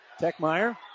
Techmeyer